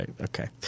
Okay